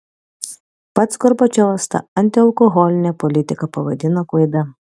pats gorbačiovas tą antialkoholinę politiką pavadino klaida